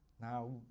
Now